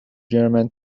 german